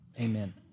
Amen